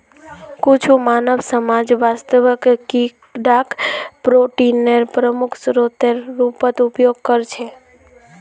कुछु मानव समाज वास्तवत कीडाक प्रोटीनेर प्रमुख स्रोतेर रूपत उपयोग करछे